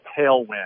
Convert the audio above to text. tailwind